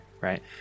right